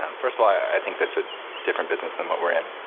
um first of all, i think that's a different business than what we're in,